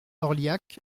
orliac